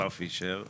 מר פישר,